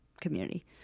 community